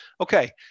Okay